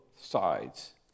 sides